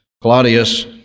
Claudius